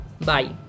Bye